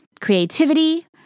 creativity